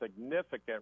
significant